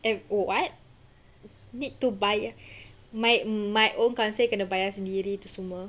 eh what need to buy my my own counsel kena bayar sendiri tu semua